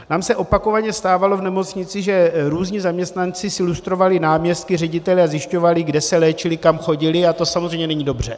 Nám se opakovaně stávalo v nemocnici, že různí zaměstnanci si lustrovali náměstky, ředitele a zjišťovali, kde se léčili, kam chodili, a to samozřejmě není dobře.